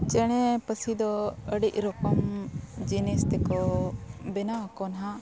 ᱪᱮᱬᱮ ᱯᱟᱹᱥᱤ ᱫᱚ ᱟᱹᱰᱤ ᱨᱚᱠᱚᱢ ᱡᱤᱱᱤᱥ ᱛᱮᱠᱚ ᱵᱮᱱᱟᱣ ᱟᱠᱚ ᱦᱟᱜ